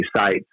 sites